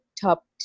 top